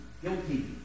Guilty